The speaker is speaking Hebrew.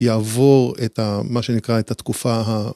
יעבור את, מה שנקרא, את התקופה ה...